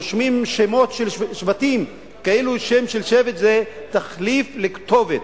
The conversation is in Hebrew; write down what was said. רושמים שמות של שבטים כאילו שם של שבט זה תחליף לכתובת.